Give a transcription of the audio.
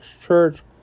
Church